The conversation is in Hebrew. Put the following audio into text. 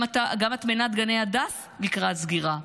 גם מטמנת גני הדס לקראת סגירה.